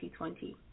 2020